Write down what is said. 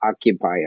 occupy